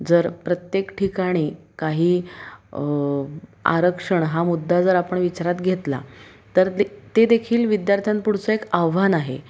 जर प्रत्येक ठिकाणी काही आरक्षण हा मुद्दा जर आपण विचारात घेतला तर ते देखील विद्यार्थ्यांपुढचं एक आव्हान आहे